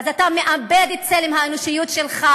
ואז אתה מאבד את צלם האנושיות שלך.